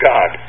God